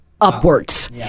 upwards